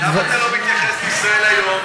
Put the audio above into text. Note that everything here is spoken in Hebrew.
למה אתה לא מתייחס ל"ישראל היום",